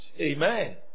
amen